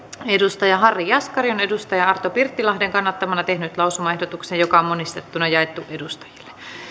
harri jaskari on arto pirttilahden kannattamana tehnyt lausumaehdotuksen joka on monistettuna jaettu edustajille